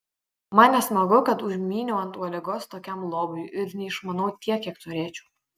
man nesmagu kad užmyniau ant uodegos tokiam lobiui ir neišmanau tiek kiek turėčiau